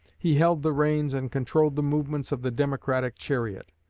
he held the reins and controlled the movements of the democratic chariot.